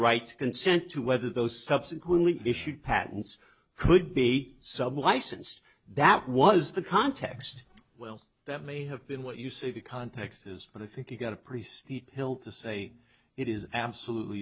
right consent to whether those subsequently issued patents could be some licensed that was the context well that may have been what you say the context is but i think you've got a pretty steep hill to say it is absolutely